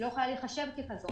היא לא יכולה להיחשב ככזו.